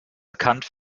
bekannt